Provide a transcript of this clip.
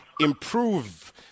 improve